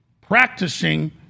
practicing